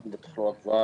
אנחנו בתחלואה גבוהה,